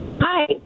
Hi